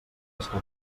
escapa